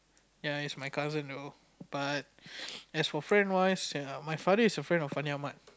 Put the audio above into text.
ya is my cousin though but as for friend wise my father is a friends of Fandi-Ahmad